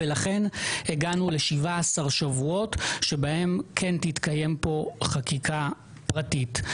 הגענו ל-17 שבועות שבהם כן תתקיים פה חקיקה פרטית.